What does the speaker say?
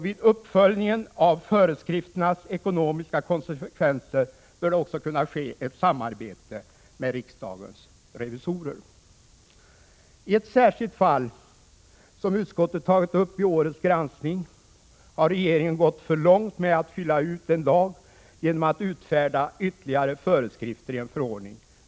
Vid uppföljningen av föreskrifternas ekonomiska konsekvenser bör det också kunna ske ett samarbete med riksdagens revisorer. I ett särskilt fall, som utskottet tagit upp i årets granskning, har regeringen gått för långt med att fylla ut en lag genom att utfärda ytterligare föreskrifter i en förordning.